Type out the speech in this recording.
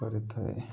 କରିଥାଏ